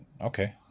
okay